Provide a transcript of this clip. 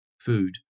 food